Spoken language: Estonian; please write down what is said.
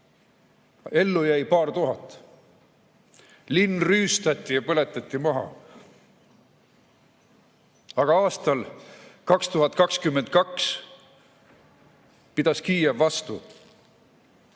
ellu jäi paar tuhat. Linn rüüstati ja põletati maha. Aga aastal 2022 pidas Kiiev vastu.